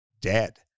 dead